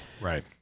Right